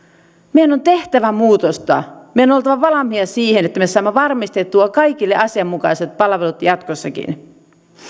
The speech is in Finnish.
meidän on tehtävä muutosta meidän on oltava valmiit siihen että me me saamme varmistettua kaikille asianmukaiset palvelut jatkossakin